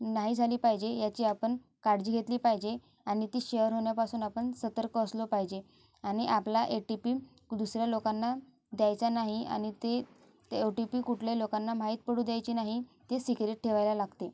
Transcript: नाही झाली पाहिजे ह्याची आपण काडजी घेतली पाहिजे आणि ती शेअर होण्यापासून आपण सतर्क असलो पाहिजे आणि आपला एटीपी दुसऱ्या लोकांना द्यायचा नाही आणि ते ते ओ टी पी कुठल्याही लोकांना माहीत पडू द्यायची नाही ते सीक्रेट ठेवायला लागते